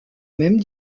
même